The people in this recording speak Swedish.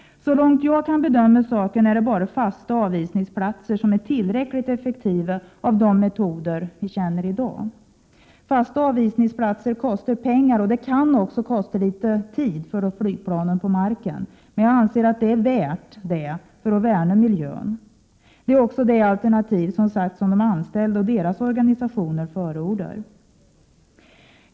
Så långt jag kan bedöma saken är det bara fasta avisningsplatser som är tillräckligt effektiva av de metoder vi känner i dag. Fasta avisningsplatser kostar pengar och kan också kosta litet tid för flygplanen på marken, men det anser jag att det är värt för att värna miljön. Det är också det alternativ de anställda och deras organisationer förordar.